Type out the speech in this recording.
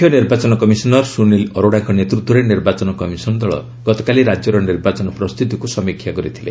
ମୁଖ୍ୟ ନିର୍ବାଚନ କମିଶନର୍ ସୁନିଲ୍ ଅରୋଡାଙ୍କୁ ନେତୃତ୍ୱରେ ନିର୍ବାଚନ କମିଶନ୍ ଦଳ ଗତକାଲି ରାଜ୍ୟର ନିର୍ବାଚନ ପ୍ରସ୍ତୁତିକୁ ସମୀକ୍ଷା କରିଥିଲେ